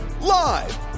live